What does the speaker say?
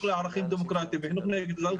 לערכים דמוקרטים וחינוך נגד גזענות,